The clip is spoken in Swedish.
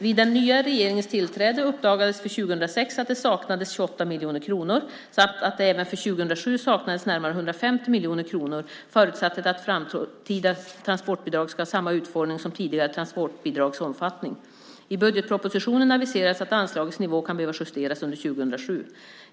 Vid den nya regeringens tillträde uppdagades för 2006 att det saknades 28 miljoner kronor samt att det även för 2007 saknades närmare 150 miljoner kronor förutsatt att framtida transportbidrag ska ha samma utformning som tidigare transportbidrags omfattning. I budgetpropositionen aviserades att anslagets nivå kan behöva justeras under 2007.